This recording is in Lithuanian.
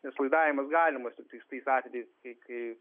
nes laidavimas galimas tiktais tais atvejais kai